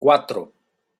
cuatro